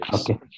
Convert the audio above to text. Okay